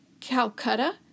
Calcutta